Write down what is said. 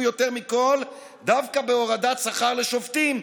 יותר מכול דווקא בהורדת שכר לשופטים.